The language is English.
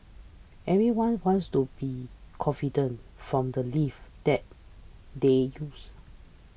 everyone wants to be confident from the lifts that they use